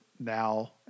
now